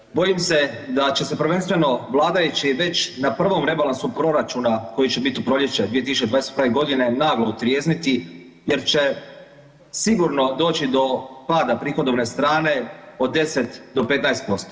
Osim toga, bojim se da će se prvenstveno vladajući već na prvom rebalansu proračuna koji će biti u proljeće 2021. naglo otrijezniti jer će sigurno doći do pada prihodovne strane od 10-15%